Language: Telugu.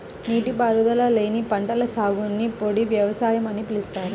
నీటిపారుదల లేని పంటల సాగుని పొడి వ్యవసాయం అని పిలుస్తారు